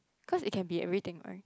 cause it can be everything right